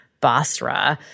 Basra